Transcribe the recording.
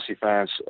fans